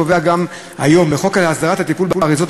הקבוע כבר היום בחוק להסדרת הטיפול באריזות,